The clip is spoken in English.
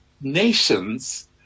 nations